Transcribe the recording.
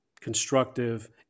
constructive